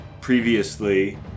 Previously